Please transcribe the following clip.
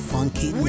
Funky